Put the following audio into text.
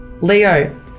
Leo